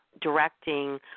directing